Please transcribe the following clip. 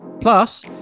Plus